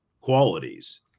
qualities